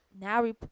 now